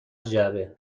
جعبه